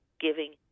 giving